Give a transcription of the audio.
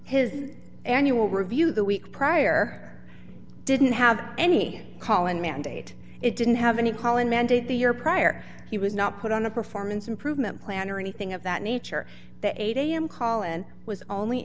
his annual review the week prior didn't have any call and mandate it didn't have any calling mandate the year prior he was not put on a performance improvement plan or anything of that nature the eight am call and was only